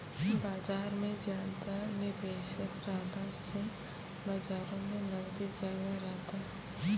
बजार मे ज्यादा निबेशक रहला से बजारो के नगदी ज्यादा रहतै